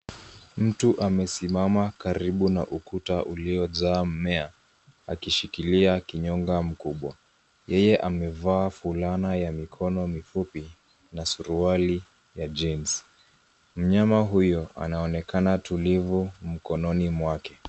Mtu amesimama karibu na ukuta uliojaa mmea akishikilia kinyonga mkubwa. Yeye amevaa fulana ya mikono mifupi na suruali ya jeans .Mnyama huyu anaonekana tulivu mkononi mwake.